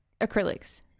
Acrylics